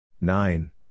nine